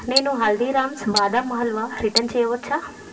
నేను హల్దీరామ్స్ బాదం హల్వా రిటర్న్ చేయవచ్చా